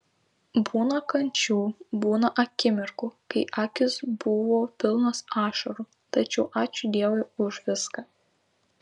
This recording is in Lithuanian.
būta kančių būta akimirkų kai akys buvo pilnos ašarų tačiau ačiū dievui už viską